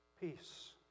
peace